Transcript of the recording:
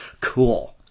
cool